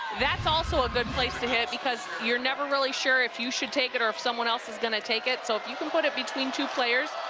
that's also a good place to hit because you're never really sure if you should take it or if someone else is going to take it. so if you can put it between two players,